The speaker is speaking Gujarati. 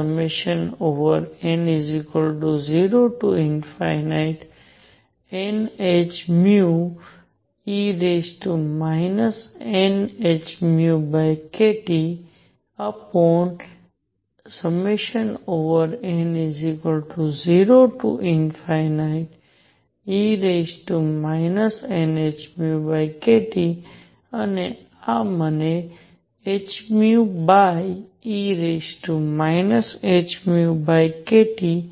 n0nhνe nhνkTn0e nhνkT અને આ મને hehνkT 1 આપ્યું